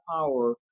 power